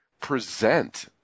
present